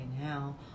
now